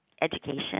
education